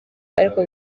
ariko